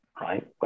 right